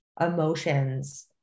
emotions